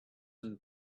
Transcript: and